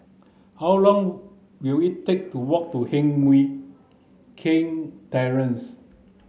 how long will it take to walk to Heng Mui Keng Terrace